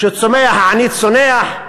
כשצומח העני צונח,